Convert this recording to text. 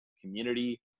community